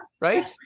right